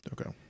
Okay